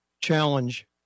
challenge